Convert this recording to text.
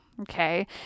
Okay